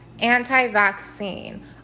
anti-vaccine